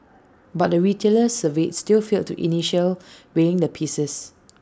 but the retailers surveyed still failed to initiate weighing the pieces